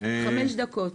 5 דקות.